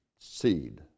Seed